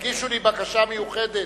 תגישו לי בקשה מיוחדת,